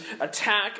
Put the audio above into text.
attack